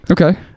okay